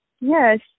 Yes